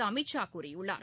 அமித் ஷா கூறியுள்ளார்